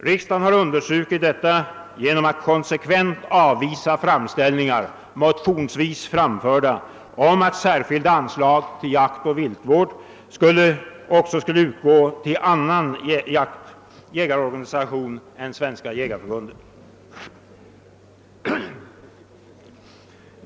Riksdagen har understrukit detta genom att konsekvent avvisa framställningar — motionsvis framförda — om att särskilda anslag till jaktoch viltvård också skulle utgå till annan jägarorganisation än Svenska jägareförbundet.